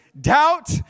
Doubt